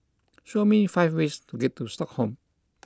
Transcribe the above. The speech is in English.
show me five ways to get to Stockholm